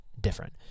different